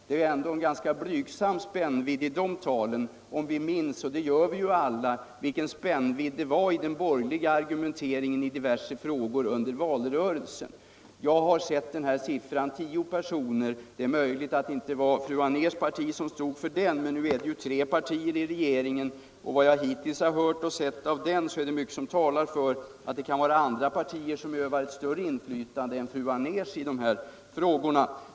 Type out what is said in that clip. Det är ändå en ganska blvgsam spännvidd i de talen om vi minns — och det gör vi alla — vilken spännvidd det var i den borgerliga argumenteringen i diverse frågor under valrörelsen. Jag har sett siffran tio personer. Det är möjligt att det inte var fru Anérs parti som stod för den. Men nu är det ju tre partier i regeringen. och av vad jag hittills sett och hört av den är det mycket som talar för att det är andra partier än fru Anérs som utövar ett större inflytande än fru Anérs i de här frågorna.